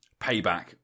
payback